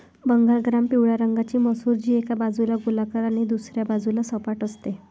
Bengal gram पिवळ्या रंगाची मसूर, जी एका बाजूला गोलाकार आणि दुसऱ्या बाजूला सपाट असते